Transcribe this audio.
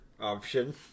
option